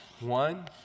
One